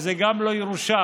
וזה גם לא ירושה,